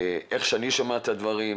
כפי שאני שומע את הדברים,